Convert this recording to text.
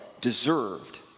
deserved